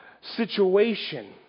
situation